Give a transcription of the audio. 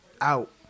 out